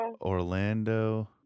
Orlando